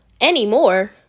anymore